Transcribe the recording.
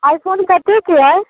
iPhone कतेके अइ